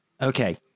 Okay